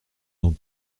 dans